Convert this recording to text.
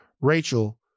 Rachel